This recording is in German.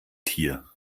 tier